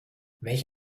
welch